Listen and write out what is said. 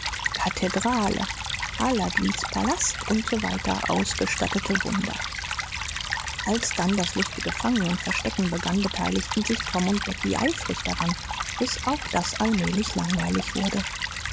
kathedrale aladins palast usw ausgestattete wunder als dann das lustige fangen und verstecken begann beteiligten sich tom und becky eifrig daran bis auch das allmählich langweilig wurde